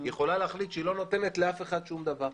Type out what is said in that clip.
היא יכולה להחליט שהיא לא נותנת לאף אחד שום דבר.